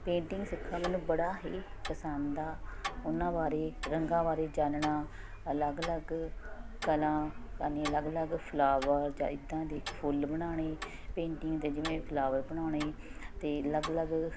painting ਸਿੱਖਣਾ ਮੈਨੂੰ ਬੜਾ ਹੀ ਪਸੰਦ ਆ ਉਹਨਾਂ ਬਾਰੇ ਰੰਗਾਂ ਬਾਰੇ ਜਾਨਣਾ ਅਲੱਗ ਅਲੱਗ ਕਲਾ ਕਰਨੀਆਂ ਅਲੱਗ ਅਲੱਗ ਫਲਾਵਰ ਜਾਂ ਇੱਦਾਂ ਦੇ ਫੁੱਲ ਬਣਾਉਣੇ ਪੇਂਟਿੰਗ 'ਤੇ ਜਿਵੇਂ ਫਲਾਵਰ ਬਣਾਉਣੇ ਅਤੇ ਅਲੱਗ ਅਲੱਗ